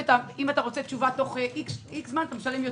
שאם אתה רוצה תשובה תוך זמן מסוים אתה משלם יותר.